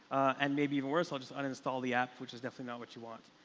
and maybe even worse i'll just uninstall the app, which is definitely what you want.